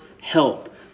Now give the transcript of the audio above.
help